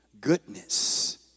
goodness